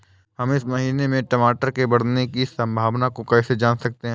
हम इस महीने में टमाटर के बढ़ने की संभावना को कैसे जान सकते हैं?